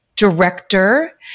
Director